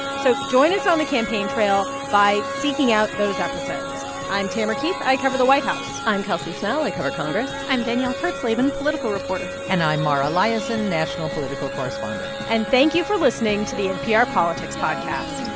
so join us on the campaign trail by seeking out those episodes i'm tamara keith. i cover the white house i'm kelsey snell. i cover congress i'm danielle kurtzleben, political reporter and i'm mara liasson, national political correspondent and thank you for listening to the npr politics podcast